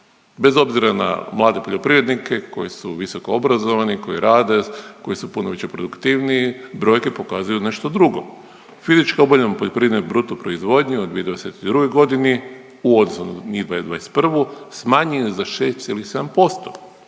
Bez obzira na mlade poljoprivrednike koji su visoko obrazovani, koji rade, koji su puno više produktivniji brojke pokazuju nešto drugo. Fizički obujam poljoprivredne bruto proizvodnje u 2022. godinu u odnosu na 2021. smanjen za 6,7%.